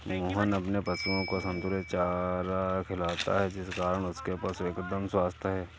मोहन अपने पशुओं को संतुलित चारा खिलाता है जिस कारण उसके पशु एकदम स्वस्थ हैं